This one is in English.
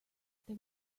there